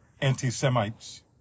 anti-Semites